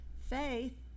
Faith